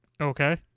Okay